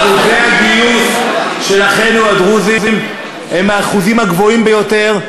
אחוזי הגיוס של אחינו הדרוזים הם מהאחוזים הגבוהים ביותר,